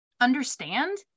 understand